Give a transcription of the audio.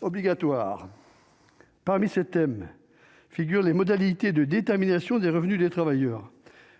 obligatoire. Parmi ces thèmes figurent les modalités de détermination des revenus des travailleurs.